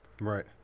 Right